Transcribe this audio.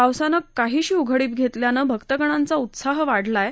पावसानं काहीशी उघडीप घेतल्यानं भक्तगणांचा उत्साह वाढला आहे